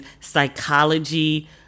psychology